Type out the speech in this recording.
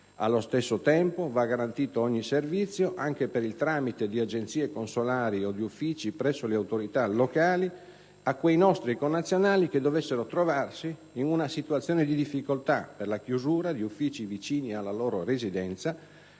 Allo stesso tempo va garantito ogni servizio, anche per il tramite di agenzie consolari o di uffici presso le autorità locali, a quei nostri connazionali che dovessero trovarsi in una situazione di difficoltà per la chiusura di uffici vicini alla loro residenza,